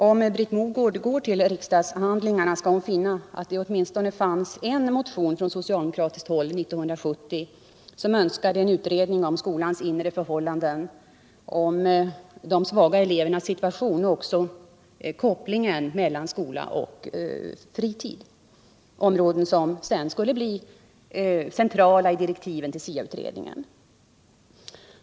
Om Britt Mogård går till riksdagshandlingarna skall hon finna att det 1970 fanns åtminstone en motion från socialdemokratiskt håll som önskade en utredning om skolans inre förhållanden, om de svaga elevernas situation och om kopplingen mellan skola och fritid, områden som sedan skulle bli centrala i direktiven till SIA utredningen.